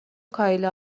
کایلا